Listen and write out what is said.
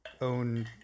own